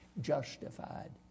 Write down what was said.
justified